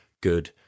good